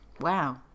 Wow